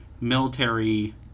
Military